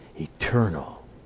eternal